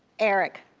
eric,